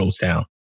town